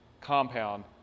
compound